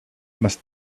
must